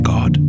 God